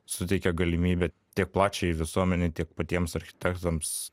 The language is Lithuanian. suteikia galimybę tiek plačiajai visuomenei tiek patiems architektams